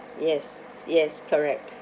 yes yes correct